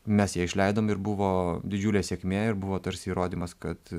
mes ją išleidom ir buvo didžiulė sėkmė ir buvo tarsi įrodymas kad